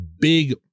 big